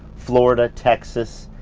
florida, texas,